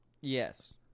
Yes